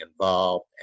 involved